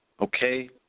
Okay